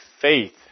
faith